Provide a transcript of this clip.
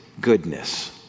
goodness